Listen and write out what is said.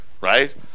right